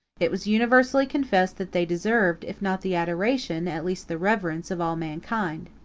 it was universally confessed, that they deserved, if not the adoration, at least the reverence, of all mankind.